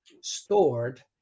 stored